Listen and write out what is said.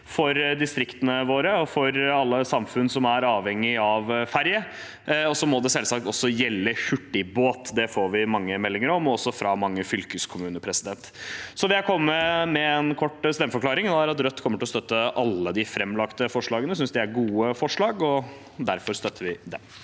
for distriktene våre og for alle samfunn som er avhengig av ferje. Det må selvsagt også gjelde hurtigbåter. Det får vi mange meldinger om, også fra mange fylkeskommuner. Så vil jeg komme med en kort stemmeforklaring. Rødt kommer til å støtte alle de framlagte forslagene. Vi synes det er gode forslag, og derfor støtter vi dem.